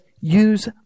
use